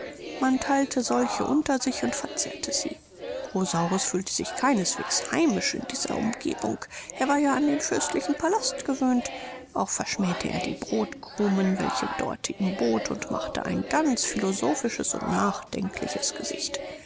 man theilte solche unter sich und verzehrte sie rosaurus fühlte sich keineswegs heimisch in dieser umgebung er war ja an den fürstlichen palast gewöhnt auch verschmähte er die brodkrumen welche dorte ihm bot und machte ein ganz philosophisches und nachdenkliches gesicht